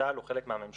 צה"ל הוא חלק מהממשלה,